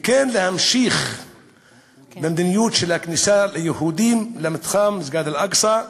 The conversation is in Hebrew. וכן להמשיך במדיניות הכניסה ליהודים למתחם מסגד אל-אקצא?